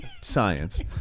science